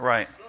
Right